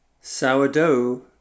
Sourdough